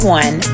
one